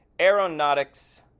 Aeronautics